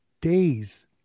days